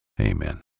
Amen